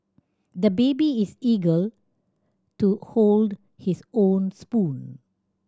the baby is eager to hold his own spoon